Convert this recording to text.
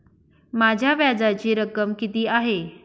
माझ्या व्याजाची रक्कम किती आहे?